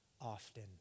often